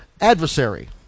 adversary